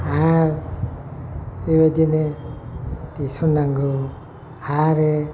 आरो बेबादिनो दिसुनांगौ आरो